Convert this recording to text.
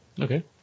Okay